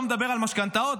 לא מדבר על משכנתאות,